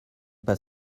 pas